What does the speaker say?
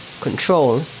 control